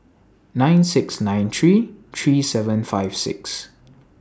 nine six nine three three seven five six